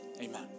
amen